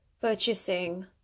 purchasing